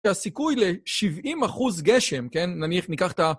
הסיכוי ל-70 אחוז גשם, כן? נניח, ניקח את ה...